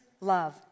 love